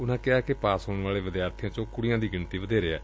ਉਨੂਾ ਕਿਹਾ ਕਿ ਪਾਸ ਹੋਣ ਵਾਲੇ ਵਿਦਿਆਰਥੀਆਂ ਚ ਕੁੜੀਆਂ ਦੀ ਗਿਣਡੀ ਵਧੇਰੇ ਐ